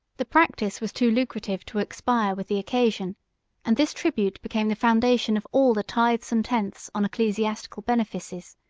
the practice was too lucrative to expire with the occasion and this tribute became the foundation of all the tithes and tenths on ecclesiastical benefices,